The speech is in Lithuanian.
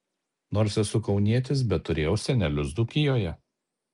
nors esu kaunietis bet turėjau senelius dzūkijoje